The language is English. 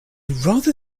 rather